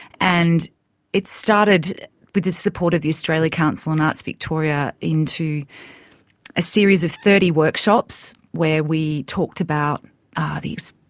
and it started with the support of the australia council and arts victoria into a series of thirty workshops where we talked about ah the,